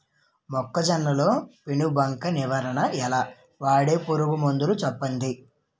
మొక్కజొన్న లో పెను బంక నివారణ ఎలా? వాడే పురుగు మందులు చెప్పండి?